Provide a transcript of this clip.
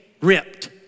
ripped